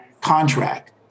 contract